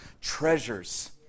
treasures